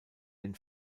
den